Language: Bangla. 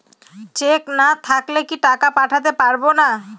চেক না থাকলে কি টাকা পাঠাতে পারবো না?